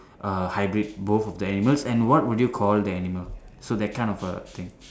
err hybrid both of the animals and what would you call the animal so that kind of uh thing